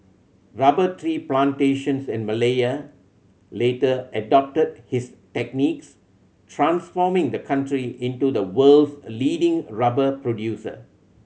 rubber tree plantations in Malaya later adopted his techniques transforming the country into the world's leading rubber producer